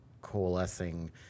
coalescing